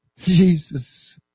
Jesus